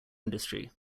industry